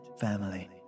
family